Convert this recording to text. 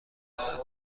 هستند